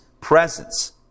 presence